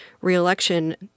reelection